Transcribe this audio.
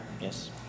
Yes